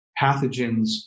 pathogens